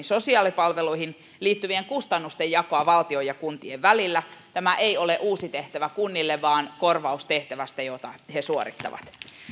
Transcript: sosiaalipalveluihin liittyvien kustannusten jakoa valtion ja kuntien välillä tämä ei ole uusi tehtävä kunnille vaan korvaus tehtävästä jota he suorittavat